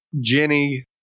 Jenny